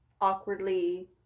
awkwardly